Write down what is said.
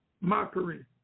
mockery